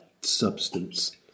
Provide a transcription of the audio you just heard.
substance